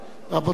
רבותי,